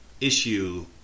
issue